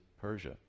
Persia